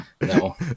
No